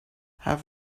have